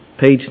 Page